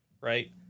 right